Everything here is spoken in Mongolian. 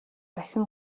дахин